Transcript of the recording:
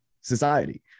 society